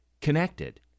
connected